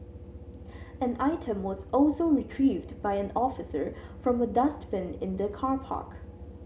an item was also retrieved by an officer from a dustbin in the car park